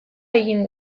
egin